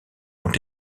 ont